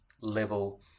level